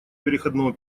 переходного